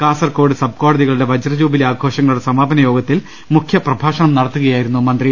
കാസർകോട് സബ്കോടതികളുടെ വജ്രജൂബി ലി ആഘോഷങ്ങളുടെ സമാപന യോഗത്തിൽ മുഖ്യപ്രഭാഷണം നടത്തുകയായിരു ന്നു മന്ത്രി